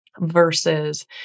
versus